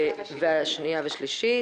השנייה והשלישית,